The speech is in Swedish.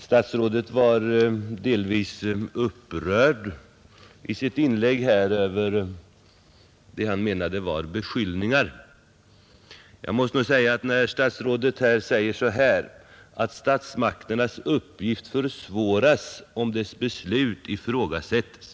Herr talman! Herr statsrådet var delvis upprörd i sitt inlägg här över det han menade var beskyllningar. Statsrådet säger att statsmakternas uppgift försvåras om dess beslut ifrågasättes.